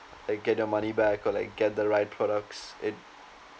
they get their money back or like get the right products it